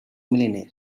millionaire